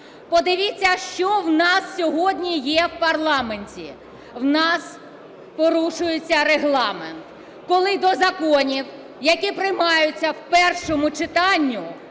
Подивіться, що у нас сьогодні є в парламенті. У нас порушується Регламент. Коли до законів, які приймаються в першому читанні,